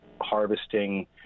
harvesting